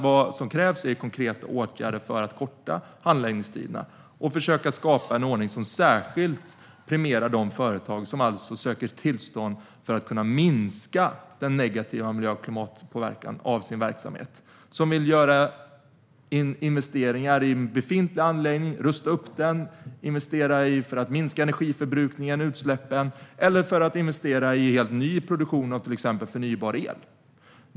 Vad som krävs är konkreta åtgärder för att korta handläggningstiderna och försöka skapa en ordning som särskilt premierar de företag som söker tillstånd för att minska sina verksamheters negativa klimat och miljöpåverkan. Det handlar om att göra investeringar i en befintlig anläggning, rusta upp den, investera för att minska energiförbrukning och utsläpp eller investera i helt ny produktion av till exempel förnybar el.